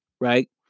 right